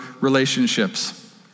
relationships